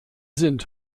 sind